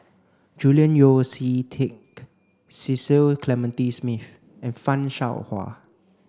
Julian Yeo See Teck Cecil Clementi Smith and Fan Shao Hua